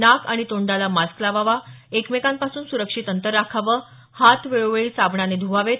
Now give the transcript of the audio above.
नाक आणि तोंडाला मास्क लावावा एकमेकांपासून सुरक्षित अंतर राखावं हात वेळोवेळी साबणानं ध्वावेत